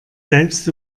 selbst